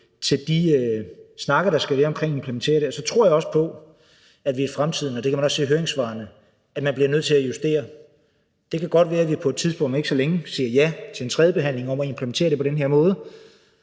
til de snakke, der skal være omkring at implementere det. Og så tror jeg da også på, at man i fremtiden – og det kan man også se i høringssvarene – bliver nødt til at justere det. Det kan godt være, at vi på et tidspunkt om ikke så længe siger ja ved tredjebehandlingen til at implementere det på den her måde,